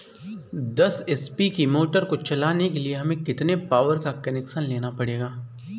दस एच.पी की मोटर को चलाने के लिए हमें कितने पावर का कनेक्शन लेना पड़ेगा?